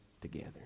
together